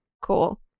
cool